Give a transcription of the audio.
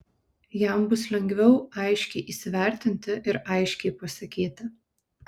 jam bus lengviau aiškiai įsivertinti ir aiškiai pasakyti